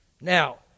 Now